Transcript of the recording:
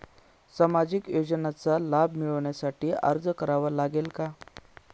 सामाजिक योजनांचा लाभ मिळविण्यासाठी अर्ज करावा लागेल का?